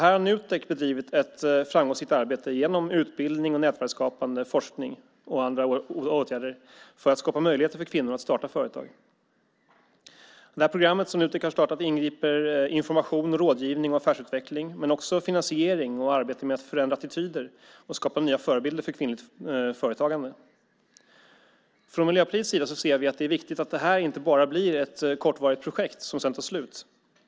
Här har Nutek bedrivit ett framgångsrikt arbete genom utbildning och nätverksskapande, forskning och andra åtgärder för att skapa möjligheter för kvinnor att starta företag. Det program som Nutek har startat inbegriper information, rådgivning och affärsutveckling men också finansiering och arbete med att förändra attityder och skapa nya förebilder för kvinnligt företagande. Från Miljöpartiets sida ser vi att det är viktigt att det här inte bara blir ett kortvarigt projekt som sedan tar slut.